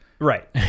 Right